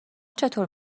چطور